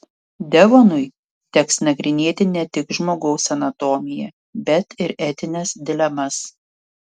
devonui teks nagrinėti ne tik žmogaus anatomiją bet ir etines dilemas